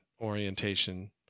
orientation